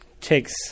takes